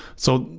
so,